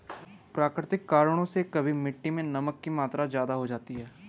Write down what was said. प्राकृतिक कारणों से कभी मिट्टी मैं नमक की मात्रा ज्यादा हो जाती है